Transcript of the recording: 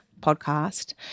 podcast